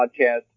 podcast